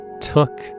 took